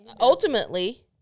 ultimately